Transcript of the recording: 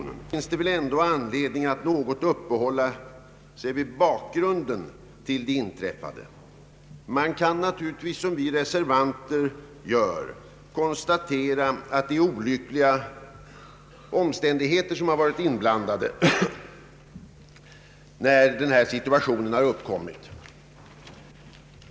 Men även om nu ransoneringen kommer till stånd och regeringen får dessa fullmakter finns anledning att något uppehålla sig vid bakgrunden till det inträffade. Man kan naturligtvis, som även vi reservanter medger, konstatera att olyckliga omständigheter varit inblandade när denna situation har uppkommit.